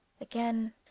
Again